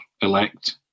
elect